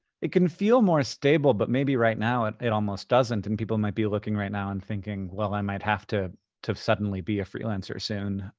it can feel more stable, but maybe right now it it almost doesn't, and people might be looking right now and thinking, well, i might have to to suddenly be a freelancer soon.